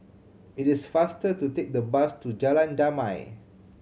it is faster to take the bus to Jalan Damai